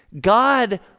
God